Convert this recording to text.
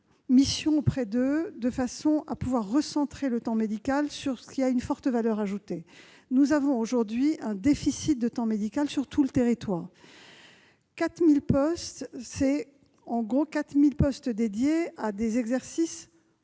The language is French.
mission auprès d'eux, de façon à pouvoir recentrer le temps médical sur ce qui a une forte valeur ajoutée. Aujourd'hui, nous avons un déficit de temps médical sur tout le territoire. Le nombre de postes créés correspond en gros à 4 000 postes dédiés à des exercices